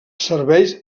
serveis